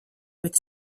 with